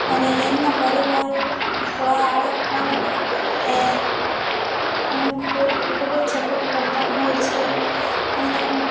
અને એમના પરિવારવાળા પણ એ એને ખૂબ જ સપોટ કરતાં હોય છે અને